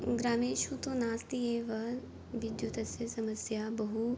ग्रामेषु तु नास्ति एव विद्युतस्य समस्या बहु